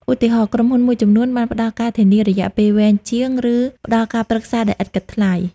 ឧទាហរណ៍ ក្រុមហ៊ុនមួយចំនួនបានផ្តល់ការធានារយៈពេលវែងជាង ឬផ្តល់ការប្រឹក្សាដោយឥតគិតថ្លៃ។